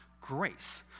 grace